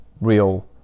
real